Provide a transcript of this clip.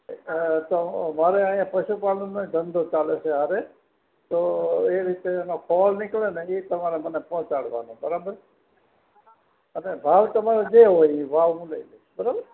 તો મારે અહીંયા પશુપાલનનો ય ધંધો ચાલે છે હારે તો એ રીતે એનો ખોળ નીકળે ને એ તમારે મને પહોંચાડવાનો બરાબર અને ભાવ તમારે જે હોય એ ભાવ હું લઈ લઇશ